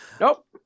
Nope